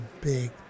big